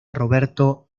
roberto